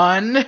One